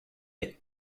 est